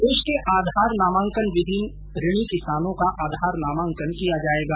प्रदेश के आधार नामांकन विहीन ऋणि किसानों का आधार नामांकन किया जायेगा